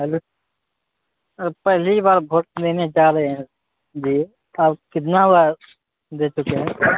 hello पहली बार भोट देने जा रहे है जी आप कितना बार दे चुके है